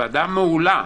ועדה מעולה.